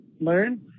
learn